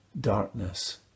darkness